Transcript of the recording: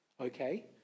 okay